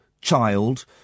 child